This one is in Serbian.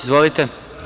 Izvolite.